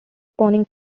spawning